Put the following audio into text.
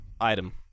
item